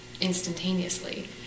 instantaneously